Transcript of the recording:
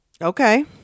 Okay